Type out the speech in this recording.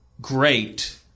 great